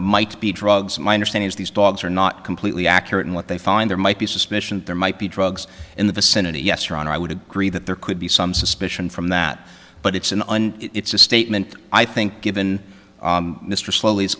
might be drugs my understanding is these dogs are not completely accurate in what they find there might be a suspicion there might be drugs in the vicinity yes or on i would agree that there could be some suspicion from that but it's an it's a statement i think given mr slowly